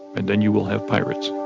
and then you will have pirates.